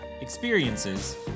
experiences